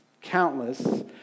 countless